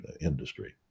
industry